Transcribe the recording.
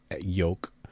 yolk